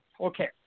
Okay